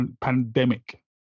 pandemic